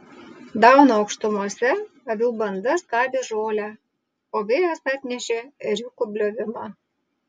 dauno aukštumose avių banda skabė žolę o vėjas atnešė ėriukų bliovimą